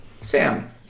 Sam